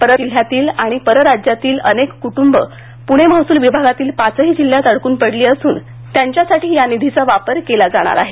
परजिल्ह्यातील आणि परराज्यातील अनेक कुटुंब पुणे महसूल विभागातील पाचही जिल्ह्यात अडकून पडली असून त्यांच्यासाठी या निधीचा वापर केला जाणार आहे